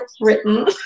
written